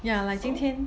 ya like 今天